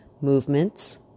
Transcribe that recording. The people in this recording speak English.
movements